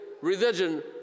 religion